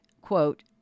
quote